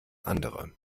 andere